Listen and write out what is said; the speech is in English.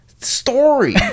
story